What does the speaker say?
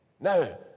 No